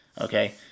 Okay